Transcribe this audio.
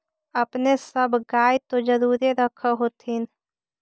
अपने सब गाय तो जरुरे रख होत्थिन?